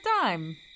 time